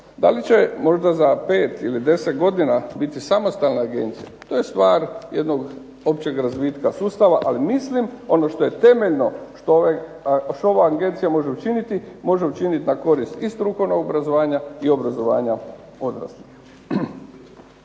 Da li će možda za pet ili deset godina biti samostalna Agencija to je stvar jednog općeg razvitka sustava ali mislim ono što je temeljno, što ova Agencija može učiniti, može učiniti na korist strukovnog obrazovanja i obrazovanja odraslih.